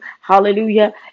hallelujah